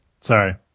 Sorry